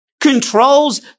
controls